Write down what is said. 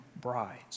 brides